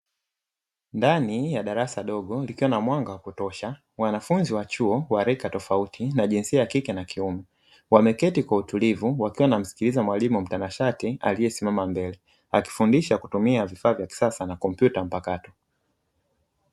Ndani ya darasa dogo likiwa na mwanga wa kutosha, wanafunzi wa chuo wa rika tofauti wa jinsia ya kike na kiume, wameketi kwa utulivu wakiwa wanamsikiliza mwalimu mtanashati aliyesimama mbele akifundisha kutumia vifaa vya kisasa na tarakirishi mpakato.